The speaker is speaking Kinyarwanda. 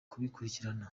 kubikurikirana